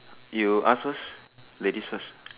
you ask first ladies first